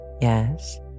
Yes